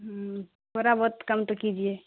ہوں تھوڑا بہت کم تو کیجیے